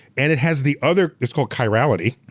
and it has the other, it's called chirality,